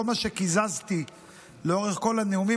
כל מה שקיזזתי לאורך כל הנאומים,